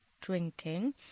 drinking